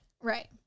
Right